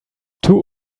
too